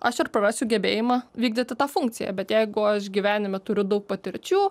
aš ir prarasiu gebėjimą vykdyti tą funkciją bet jeigu aš gyvenime turiu daug patirčių